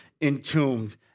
entombed